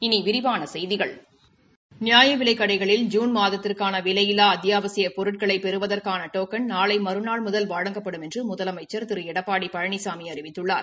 இனி விரிவான செய்திகள் நியாயவிலைக் கடைகளில் ஜூன் மாதத்திற்கான விலையில்லா அத்தியாவசியப் பொருட்களை பெறுவதற்கான டோக்கள் நாளை மறுநாள் முதல் வழங்கப்படும் என்று முதலமைச்சா் திரு எடப்பாடி பழனிசாமி அறிவித்துள்ளார்